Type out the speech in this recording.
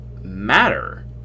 matter